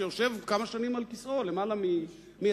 שיושב על כיסאו למעלה מ-20